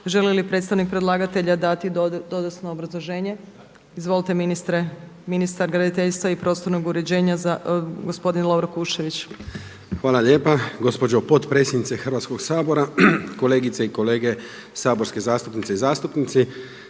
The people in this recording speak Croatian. Želi li predstavnik predlagatelja dati dodatno obrazloženje? Izvolite ministre. Ministar graditeljstva i prostornog uređenja, gospodin Lovro Kuščević. **Kuščević, Lovro (HDZ)** Hvala lijepa gospođo potpredsjednice Hrvatskoga sabora, kolegice i kolege saborske zastupnice i zastupnici,